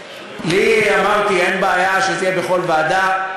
כן כן, לי, אמרתי, אין בעיה שזה יהיה בכל ועדה.